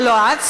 ולא את.